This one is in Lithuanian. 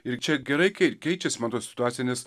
ir čia gerai kai keičias man atrodo situacija nes